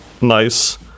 nice